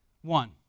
One